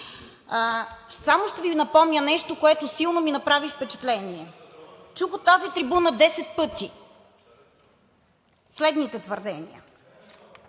Ще Ви напомня само нещо, което силно ми направи впечатление. Чух от тази трибуна 10 пъти следните твърдения,